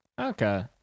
Okay